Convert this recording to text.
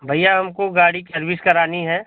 भैया हमको गाड़ी सर्विस करानी है